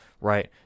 right